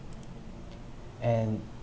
and